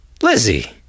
Lizzie